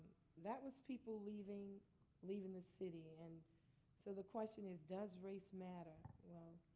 that was people leaving leaving the city. and so the question is, does race matter? well,